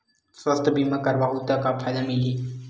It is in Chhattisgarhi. सुवास्थ बीमा करवाहू त का फ़ायदा मिलही?